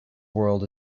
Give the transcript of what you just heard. world